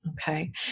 okay